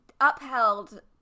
upheld